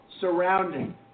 surrounding